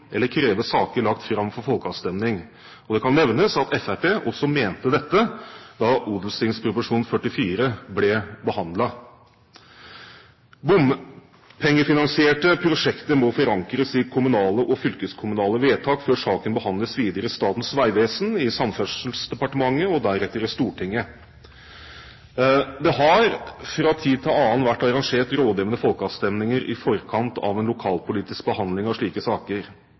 eller kreve saker lagt fram for folkeavstemning. Det kan nevnes at Fremskrittspartiet også mente dette da Ot.prp. nr. 44 ble behandlet. Bompengefinansierte prosjekter må forankres i kommunale og fylkeskommunale vedtak før saken behandles videre i Statens vegvesen, i Samferdselsdepartement og deretter i Stortinget. Det har fra tid til annen vært arrangert rådgivende folkeavstemninger i forkant av en lokalpolitisk behandling av slike saker.